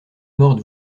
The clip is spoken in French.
morte